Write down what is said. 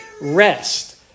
Rest